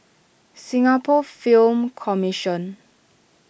Singapore Film Commission